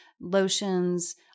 lotions